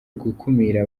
gukumira